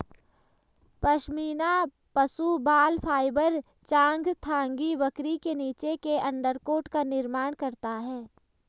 पश्मीना पशु बाल फाइबर चांगथांगी बकरी के नीचे के अंडरकोट का निर्माण करता है